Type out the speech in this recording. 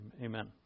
Amen